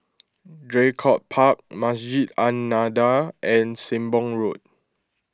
Draycott Park Masjid An Nahdhah and Sembong Road